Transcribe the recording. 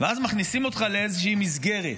ואז מכניסים אותך לאיזושהי מסגרת.